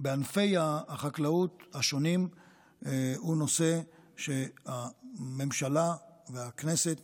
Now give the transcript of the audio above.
בענפי החקלאות השונים הוא נושא שהממשלה והכנסת